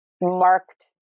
marked